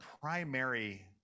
primary